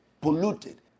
polluted